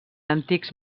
antics